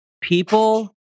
people